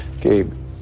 Gabe